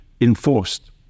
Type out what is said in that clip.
enforced